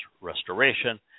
restoration